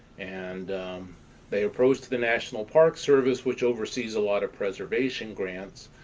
and they approached the national park service, which oversees a lot of preservation grants.